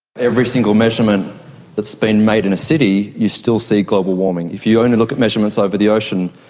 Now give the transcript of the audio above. every single measurement that has so been made in a city, you still see global warming. if you only look at measurements over the ocean,